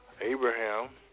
Abraham